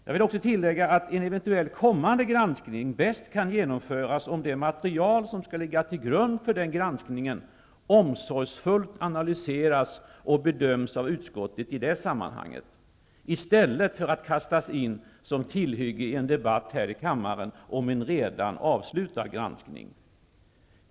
Jag vill också tillägga att en eventuell kommande granskning bäst kan genomföras om det material som skall ligga till grund för den granskningen omsorgsfullt analyseras och bedöms av utskottet i det sammanhanget, i stället för att kastas in som tillhygge i en debatt här i kammaren om en redan avslutad granskning.